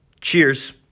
cheers